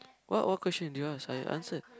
what what question did you ask I answered